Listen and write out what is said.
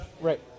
right